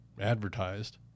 advertised